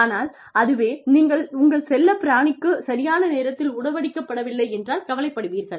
ஆனால் அதுவே நீங்கள் உங்கள் செல்லப்பிராணிக்குச் சரியான நேரத்தில் உணவளிக்கப்படவில்லை என்றால் கவலைப்படுவீர்கள்